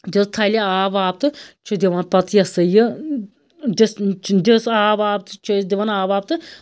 دیُت تھَلہٕ آب واب تہٕ چھِ دِوان پَتہٕ یہِ ہَسا یہِ دِس دِس آب واب تہٕ چھِ أسۍ دِوان آب واب تہٕ